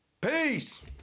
Peace